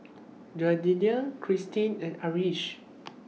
Jaidyn Cristin and Arish